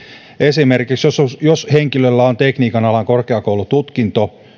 esimerkiksi jos henkilöllä on pohjana tekniikan alan korkeakoulututkinto